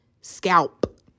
scalp